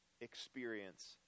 experience